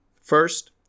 First